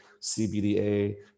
CBDA